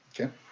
Okay